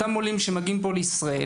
אותם עולים שמגיעים ארצה.